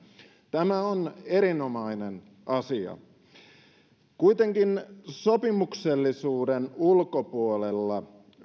tämä on erinomainen asia sopimuksellisuuden ulkopuolella